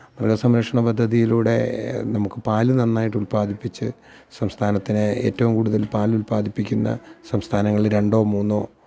മൃഗസംരക്ഷണ പദ്ധതിയിലൂടെ നമ്മൾക്ക് പാൽ നന്നായിട്ട് ഉദ്പാദിപ്പിച്ച് സംസ്ഥാനത്തിനെ ഏറ്റവും കൂടുതല് പാൽ ഉത്പാദിപ്പിക്കുന്ന സംസ്ഥാനങ്ങളില് രണ്ടോ മുന്നോ